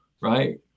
right